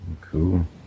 Cool